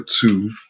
two